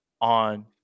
on